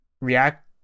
react